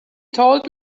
told